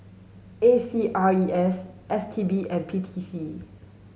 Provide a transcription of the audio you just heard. A C R E S S T B and P T C